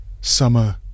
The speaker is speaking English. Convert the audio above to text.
Summer